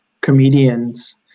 comedians